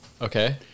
Okay